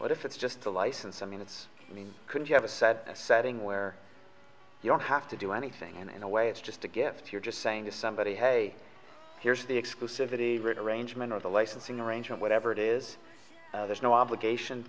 what if it's just a license i mean it's i mean could you have a set setting where you don't have to do anything and in a way it's just a gift you're just saying to somebody hey here's the exclusivity arrangement or the licensing arrangement whatever it is there's no obligation